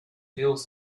feels